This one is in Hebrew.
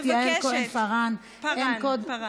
זאת הלבנת פנים,